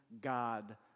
God